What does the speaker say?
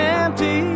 empty